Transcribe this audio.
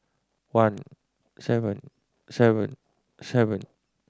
one seven seven seven